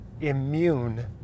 immune